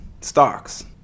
stocks